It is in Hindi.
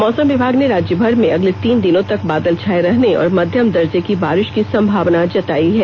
मौसम विभाग ने राज्यभर में अगले तीन दिनों तक बादल छाये रहने और मध्यम दर्जे की बारिष की संभावना जतायी है